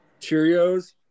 Cheerios